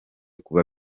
kuba